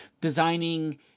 designing